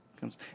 comes